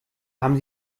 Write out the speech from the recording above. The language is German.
haben